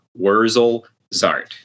Wurzelzart